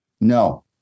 No